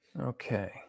Okay